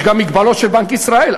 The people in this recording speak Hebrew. יש גם מגבלות של בנק ישראל,